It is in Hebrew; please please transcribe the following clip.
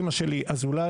אימא שלי אזולאי,